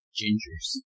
gingers